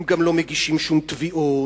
הם גם לא מגישים שום תביעות,